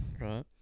Right